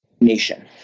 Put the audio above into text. Nation